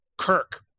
Kirk